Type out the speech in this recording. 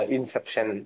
Inception